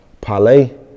Palais